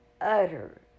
utter